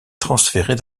transférées